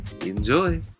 Enjoy